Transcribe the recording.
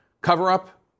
cover-up